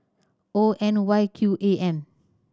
O N Y Q A M